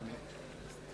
עבודה),